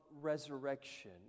resurrection